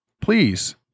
please